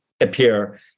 appear